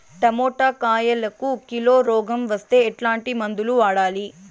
Tomato కాయలకు కిలో రోగం వస్తే ఎట్లాంటి మందులు వాడాలి?